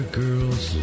girls